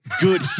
good